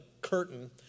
curtain